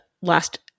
last